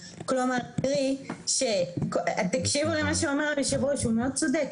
כלומר תקשיבו למה שאומר היושב ראש הוא מאוד צודק,